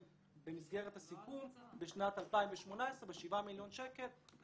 במסגרת הסיכום בשנת 2018 בשבעה מיליון שקל.